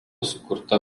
sukurta